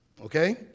Okay